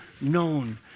known